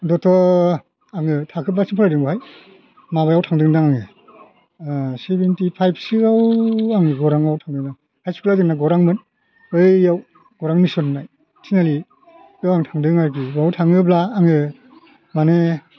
अन्थ'थ' आङो थाखोबासिम फरायदों बहाय माबायाव थांदोंदां आङो सेभेन्टि फाइबसोयाव आङो गौराङाव थांदोंदां हाइस स्कुला जोंना गौरांमोन बैयाव गौरां मिसन होननाय तिनालि बेव आं थांदों आरखि बाव थाङोब्ला आङो माने